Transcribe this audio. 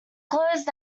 closed